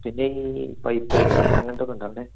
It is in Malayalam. പിന്നെ ഈ പൈപ്പ് ഐറ്റംസ് അങ്ങനത്തേത് ഒക്കെ ഉണ്ടാകും അല്ലേ